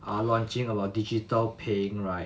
ah launching about digital paying right